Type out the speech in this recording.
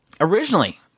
originally